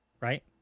Right